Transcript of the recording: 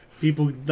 people